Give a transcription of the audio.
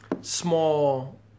small